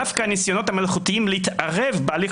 דווקא הניסיונות המלכותיים להתערב בהליך